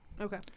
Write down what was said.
Okay